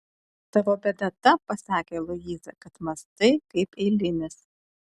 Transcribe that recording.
tavo bėda ta pasakė luiza kad mąstai kaip eilinis